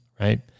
right